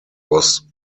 was